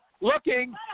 looking